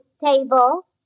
table